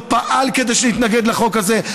לא פעל כדי שנתנגד לחוק הזה.